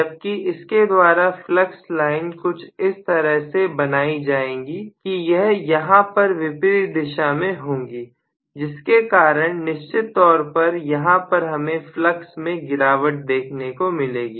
जबकि इनके द्वारा फ्लक्स लाइन कुछ इस तरह से बनाई जाएंगी कि यह यहां पर विपरीत दिशा में होंगी जिसके कारण निश्चित तौर पर यहां पर हमें फ्लक्स में गिरावट देखने को मिलेगी